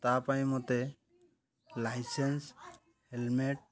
ତା ପାଇଁ ମୋତେ ଲାଇସେନ୍ସ ହେଲମେଟ୍